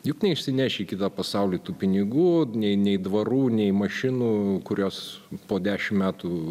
juk neišsineši į kitą pasaulį tų pinigų nei nei dvarų nei mašinų kurios po dešimt metų